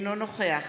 אינו נוכח